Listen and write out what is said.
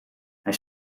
hij